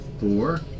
four